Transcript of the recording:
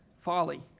folly